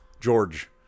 George